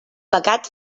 pecat